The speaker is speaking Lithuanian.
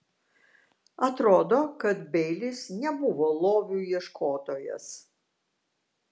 atrodo kad beilis nebuvo lobių ieškotojas